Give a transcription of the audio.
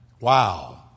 Wow